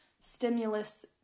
stimulus